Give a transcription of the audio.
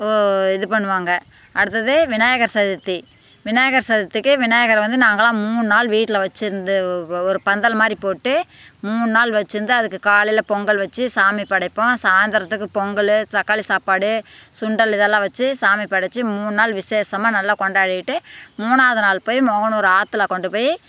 ஒ இது பண்ணுவாங்க அடுத்தது விநாயகர் சதுர்த்தி விநாயகர் சதுர்த்திக்கு விநாயகர வந்து நாங்களெலாம் மூணு நாள் வீட்டில் வச்சுருந்து ஒரு பந்தல் மாதிரி போட்டு மூணு நாள் வச்சுருந்து அதுக்கு காலையில் பொங்கல் வச்சு சாமி படைப்போம் சாய்ந்திரத்துக்கு பொங்கல் தக்காளி சாப்பாடு சுண்டல் இதெல்லாம் வச்சு சாமி படைச்சி மூணு நாள் விசேஷமாக நல்லா கொண்டாடிட்டு மூணாவது நாள் போய் மோகனூர் ஆற்றுல கொண்டு போய்